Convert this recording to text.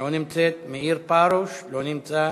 לא נמצאת, מאיר פרוש, לא נמצא,